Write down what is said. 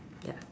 ya